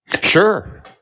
Sure